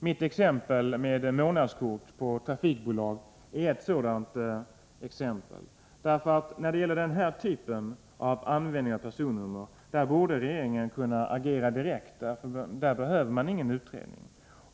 Mitt exempel med månadskort på trafikbolag är ett sådant exempel. När det gäller den här typen av användning av personnummer borde regeringen agera direkt, för här behöver man ingen utredning.